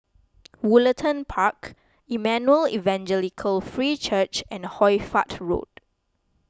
Woollerton Park Emmanuel Evangelical Free Church and Hoy Fatt Road